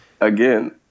Again